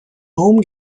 home